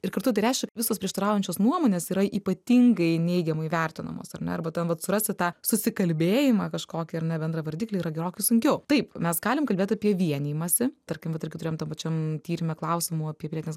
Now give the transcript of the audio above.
ir kartu tai reiškia visos prieštaraujančios nuomonės yra ypatingai neigiamai vertinamos ar ne arba ten vat surasti tą susikalbėjimą kažkokį ar ne bendrą vardiklį yra gerokai sunkiau taip mes galim kalbėti apie vienijimąsi tarkim vat irgi turėjom tam pačiam tyrime klausimų apie pilietines